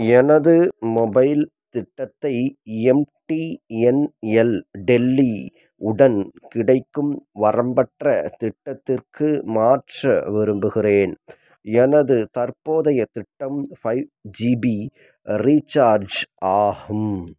எனது மொபைல் திட்டத்தை எம்டிஎன்எல் டெல்லி உடன் கிடைக்கும் வரம்பற்ற திட்டத்திற்கு மாற்ற விரும்புகின்றேன் எனது தற்போதைய திட்டம் ஃபைவ் ஜிபி ரீச்சார்ஜ் ஆகும்